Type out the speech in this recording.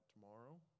tomorrow